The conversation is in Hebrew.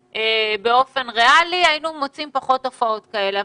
באופן ריאלי היינו מוצאים פחות תופעות כאלה.